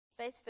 Facebook